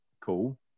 Cool